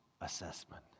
assessment